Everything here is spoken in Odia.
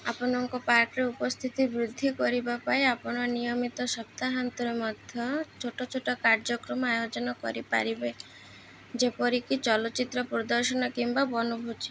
ଆପଣଙ୍କ ପାର୍କରେ ଉପସ୍ଥିତି ବୃଦ୍ଧି କରିବା ପାଇଁ ଆପଣ ନିୟମିତ ସପ୍ତାହାନ୍ତରେ ମଧ୍ୟ ଛୋଟଛୋଟ କାର୍ଯ୍ୟକ୍ରମ ଆୟୋଜନ କରିପାରିବେ ଯେପରିକି ଚଳଚ୍ଚିତ୍ର ପ୍ରଦର୍ଶନ କିମ୍ବା ବଣଭୋଜି